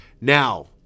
Now